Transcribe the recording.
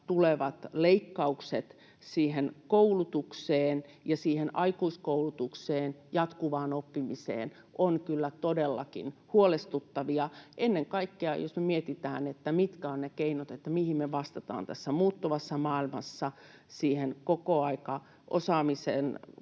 tulevat leikkaukset koulutukseen ja aikuiskoulutukseen, jatkuvaan oppimiseen, ovat kyllä todellakin huolestuttavia. Ennen kaikkea, jos me mietitään, mitkä ovat ne keinot, miten me vastataan tässä muuttuvassa maailmassa koko ajan osaamista